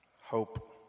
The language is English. Hope